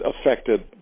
affected